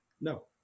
No